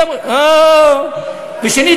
ושנית,